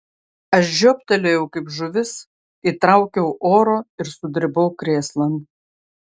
aš žioptelėjau kaip žuvis įtraukiau oro ir sudribau krėslan